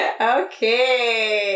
Okay